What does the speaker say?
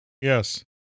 Yes